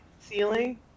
ceiling